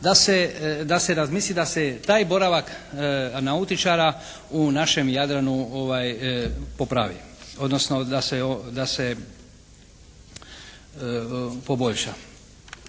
da se razmisli da se taj boravak nautičara u našem Jadranu popravi odnosno da se poboljša.